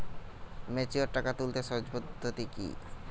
Mature টাকা তুলতে সহজ পদ্ধতি কি?